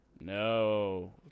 No